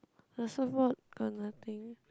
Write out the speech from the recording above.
the surf board got nothing